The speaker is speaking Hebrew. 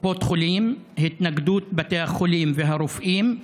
קופות החולים והתנגדות בתי החולים והרופאים,